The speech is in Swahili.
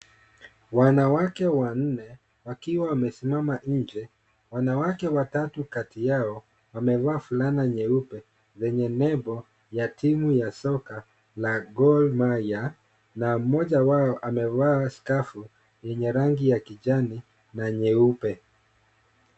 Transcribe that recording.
Wanawake wanne, wakiwa wamesimama nnje. Wanawake watatu kati yao wamevaa fulana nyeupe zenye nembo ya timu ya soka la Gor Mahia na mmoja wao amevaa skafu yenye rangi ya kijani na nyeupe.